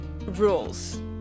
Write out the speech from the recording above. rules